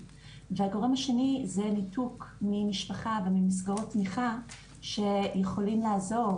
2. ניתוק ממשפחה וממסגרות תמיכה שיכולים לעזור